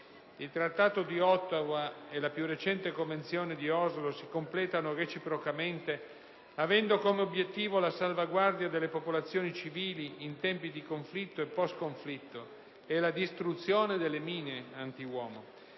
Il Trattato di Ottawa e la più recente Convenzione di Oslo si completano reciprocamente avendo come obiettivo la salvaguardia delle popolazioni civili in tempo di conflitto e post-conflitto e la distruzione delle mine antiuomo.